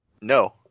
no